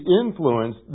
influence